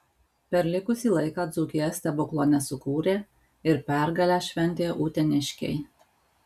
per likusį laiką dzūkija stebuklo nesukūrė ir pergalę šventė uteniškiai